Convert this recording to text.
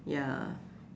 ya